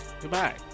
Goodbye